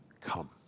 come